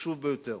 חשוב ביותר.